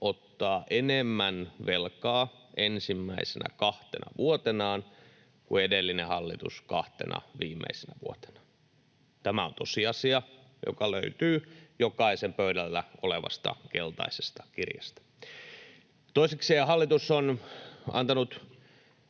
ottaa enemmän velkaa ensimmäisenä kahtena vuotenaan kuin edellinen hallitus kahtena viimeisenä vuotenaan. Tämä on tosiasia, joka löytyy jokaisen pöydällä olevasta keltaisesta kirjasta. Toisekseen hallitus on antanut